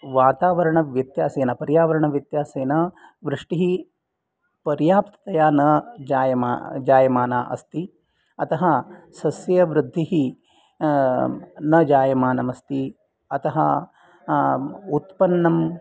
वातावरणव्यत्यासेन पर्यावरणव्यत्यासेन वृष्टिः पर्याप्ततया न जायमाना अस्ति अतः सस्यवृद्धिः न जायमानम् अस्ति अतः उत्पन्नम्